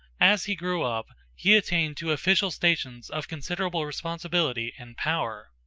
as he grew up, he attained to official stations of considerable responsibility and power.